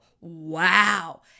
Wow